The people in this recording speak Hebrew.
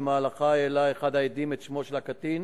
ובמהלכה העלה אחד העדים את שמו של הקטין